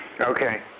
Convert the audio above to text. Okay